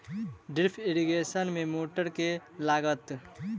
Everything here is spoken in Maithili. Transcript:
ड्रिप इरिगेशन मे मोटर केँ लागतै?